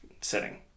setting